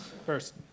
first